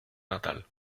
natal